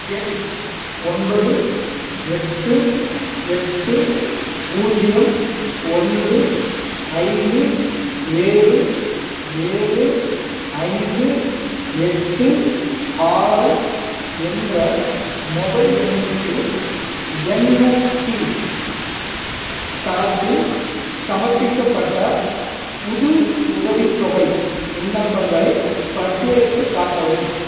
என் ஒன்பது எட்டு எட்டு பூஜ்ஜியம் ஒன்று ஐந்து ஏழு ஏழு ஐந்து எட்டு ஆறு என்ற மொபைல் எண்ணுக்கு என்எஸ்பி தளத்தில் சமர்ப்பிக்கப்பட்ட புது உதவித்தொகை விண்ணப்பங்களைப் பட்டியலிட்டுக் காட்டவும்